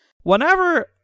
Whenever